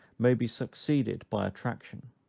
may be succeeded by attraction.